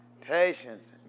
patience